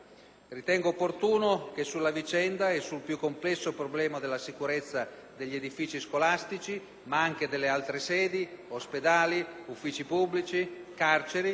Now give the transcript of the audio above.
Ritengo opportuno che sulla vicenda e sul più complesso problema della sicurezza degli edifici scolastici, ma anche delle altre sedi (ospedali, uffici pubblici, carceri),